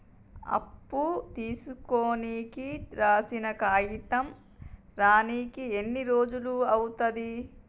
అప్పు తీసుకోనికి రాసిన కాగితం రానీకి ఎన్ని రోజులు అవుతది?